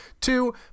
Two